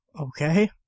okay